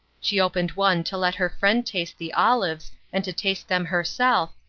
she opened one to let her friend taste the olives and to taste them herself,